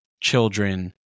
children